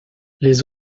les